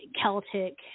Celtic